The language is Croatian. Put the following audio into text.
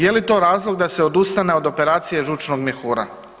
Je li to razlog da se odustane od operacije žučnog mjehura?